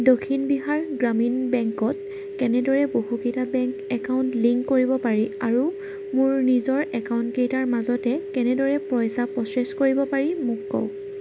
দক্ষিণ বিহাৰ গ্ৰামীণ বেংকত কেনেদৰে বহুকেইটা বেংক একাউণ্ট লিংক কৰিব পাৰি আৰু মোৰ নিজৰ একাউণ্টকেইটাৰ মাজতে কেনেদৰে পইচা প্ৰ'চেছ কৰিব পাৰি মোক কওক